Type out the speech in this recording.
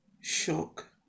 shock